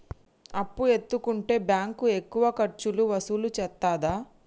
అప్పు ఎత్తుకుంటే బ్యాంకు ఎక్కువ ఖర్చులు వసూలు చేత్తదా?